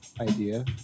idea